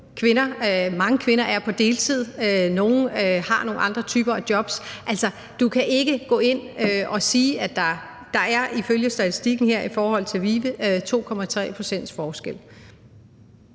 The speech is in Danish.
mange kvinder er på deltid, og nogle har nogle andre typer af jobs. Altså, der er ifølge statistikken her i forhold til VIVE 2,3 pct.s forskel.